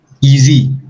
easy